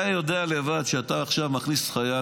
אתה יודע לבד שאתה עכשיו מכניס חייל,